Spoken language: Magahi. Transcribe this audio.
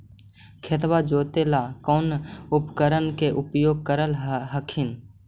खेतबा जोते ला कौन उपकरण के उपयोग कर हखिन?